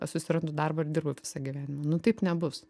susirandu darbą ir dirbu visą gyvenimą nu taip nebus